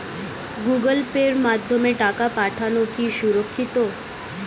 Google পের মাধ্যমে টাকা পাঠানোকে সুরক্ষিত?